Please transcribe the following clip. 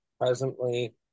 Presently